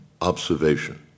observation